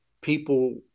people